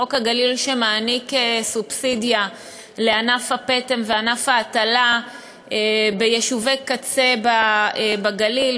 חוק הגליל שמעניק סובסידיה לענף הפטם וענף ההטלה ביישובי קצה בגליל,